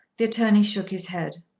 the attorney shook his head.